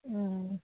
অঁ